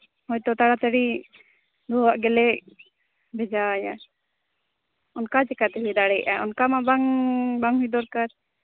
ᱦᱳᱭᱛᱳ ᱛᱟᱲᱟᱛᱟᱹᱲᱤ ᱫᱩᱦᱟᱺᱣᱟᱜ ᱜᱮᱞᱮ ᱵᱷᱮᱡᱟᱣᱟᱭᱟ ᱚᱱᱠᱟ ᱪᱮᱠᱟᱛᱮ ᱦᱩᱭ ᱫᱟᱲᱮᱭᱟᱜᱼᱟ ᱚᱱᱠᱟ ᱢᱟ ᱵᱟᱝ ᱦᱩᱭ ᱫᱚᱨᱠᱟᱨ